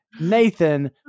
nathan